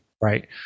Right